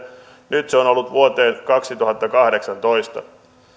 nyt se on ollut vuosi kaksituhattakahdeksantoista